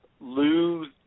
Lose